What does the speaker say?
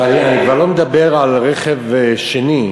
ואני כבר לא מדבר על רכב שני,